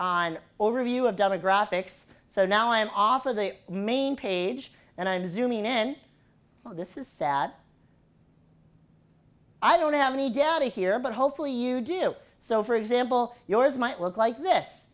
on overview of demographics so now i am off of the main page and i do mean in this is sad i don't have any data here but hopefully you do so for example yours might look like this